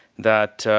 that,